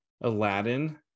Aladdin